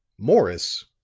morris,